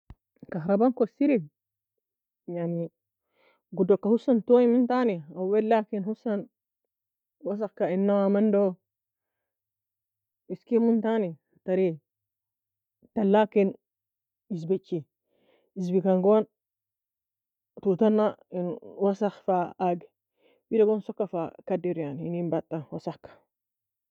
كهرباء kossir aiyani godo ka husan toy mon tani اول lakin husan وسخ ka ena mando eskimo entani tary talakin ezpachi ezpie kan gon toue tana en وسخ fa agi wida goon soka fa kadir enin badta وسخ ka